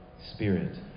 Spirit